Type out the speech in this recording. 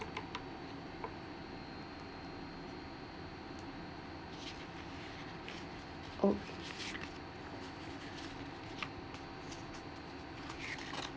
oh